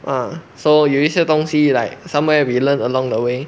嗯 so 有一些东西 like somewhere we learn along the way